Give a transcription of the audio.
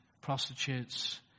prostitutes